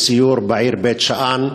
בסיור בעיר בית-שאן.